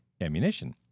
ammunition